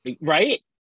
Right